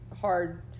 hard